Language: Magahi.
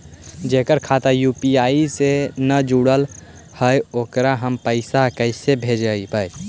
जेकर खाता यु.पी.आई से न जुटल हइ ओकरा हम पैसा कैसे भेजबइ?